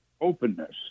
openness